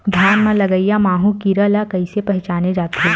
धान म लगईया माहु कीरा ल कइसे पहचाने जाथे?